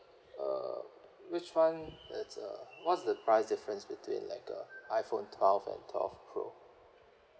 uh which one that's uh what's the price difference between like the iphone twelve and twelve pro